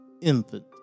infant